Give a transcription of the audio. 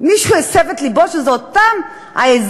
מישהו הסב את תשומת לבו שאלה אותן העזים